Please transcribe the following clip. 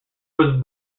was